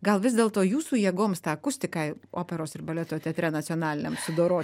gal vis dėlto jūsų jėgoms tą akustiką operos ir baleto teatre nacionaliniam sudoro